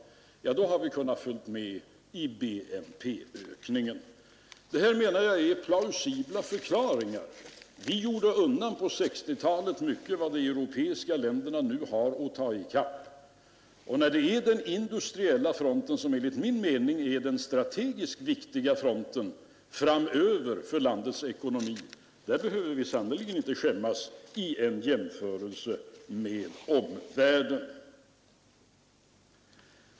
Det här är, menar jag, plausibla förklaringar. Vi gjorde undan på 1960-talet mycket som de europeiska länderna har att göra för att hinna i kapp. Det är den industriella fronten som enligt min mening är den strategiskt viktiga fronten framöver för landets ekonomi. Där behöver vi sannerligen inte skämmas vid en jämförelse med omvärlden.